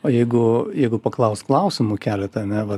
o jeigu jeigu paklaus klausimų keletą ane vat